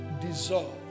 Dissolve